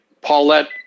Paulette